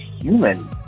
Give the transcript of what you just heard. human